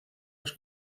las